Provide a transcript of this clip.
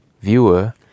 viewer